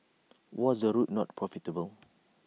was the route not profitable